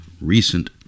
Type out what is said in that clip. recent